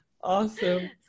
Awesome